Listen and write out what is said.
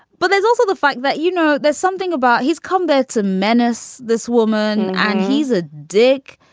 but there's also the fact that, you know, there's something about his comeback to menace this woman and he's a dick.